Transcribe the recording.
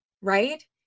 Right